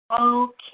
Okay